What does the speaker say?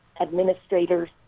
administrators